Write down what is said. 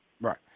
Right